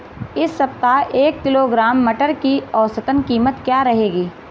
इस सप्ताह एक किलोग्राम मटर की औसतन कीमत क्या रहेगी?